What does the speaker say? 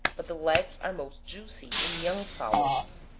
but the legs are most juicy in young fowls.